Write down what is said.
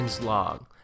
Log